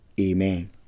Amen